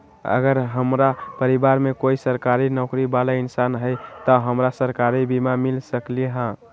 अगर हमरा परिवार में कोई सरकारी नौकरी बाला इंसान हई त हमरा सरकारी बीमा मिल सकलई ह?